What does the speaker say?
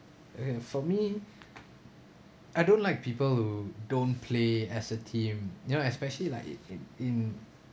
okay for me I don't like people who don't play as a team you know especially like in in in